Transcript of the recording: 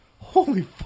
holy